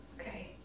okay